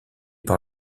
par